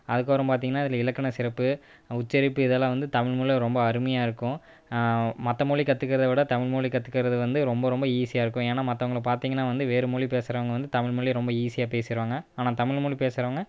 அதுக்கப்புறம் பாத்திங்கனா இதில் இலக்கண சிறப்பு உச்சரிப்பு இதெல்லாம் வந்து தமிழ்மொழியில் ரொம்ப அருமையா இருக்கும் மற்ற மொழி கற்றுக்கிறத விட தமிழ்மொழி கற்றுக்கிறது வந்து ரொம்ப ரொம்ப ஈஸியாக இருக்கும் ஏன்னால் மற்றவங்கள பார்த்திங்கனா வந்து வேறு மொழி பேசுகிறவங்க வந்து தமிழ்மொழி ரொம்ப ஈஸியாக பேசிடுவாங்க ஆனால் தமிழ்மொழி பேசுகிறவங்க